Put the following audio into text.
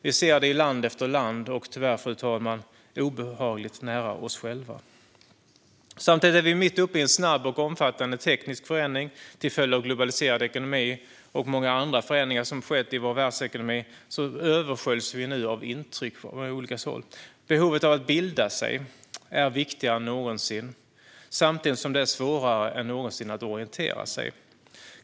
Vi ser det i land efter land och tyvärr, fru talman, obehagligt nära oss själva. Samtidigt är vi mitt uppe i en snabb och omfattande teknisk förändring. Till följd av en globaliserad ekonomi och många andra förändringar som skett i vår världsekonomi översköljs vi nu av intryck av olika slag. Behovet av att bilda sig är viktigare än någonsin, samtidigt som det är svårare än någonsin att orientera sig.